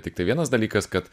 tiktai vienas dalykas kad